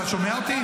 אתה שומע אותי?